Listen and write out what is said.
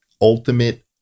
ultimate